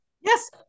Yes